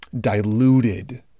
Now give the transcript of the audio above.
diluted